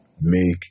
make